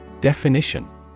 Definition